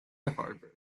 harbour